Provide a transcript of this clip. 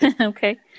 Okay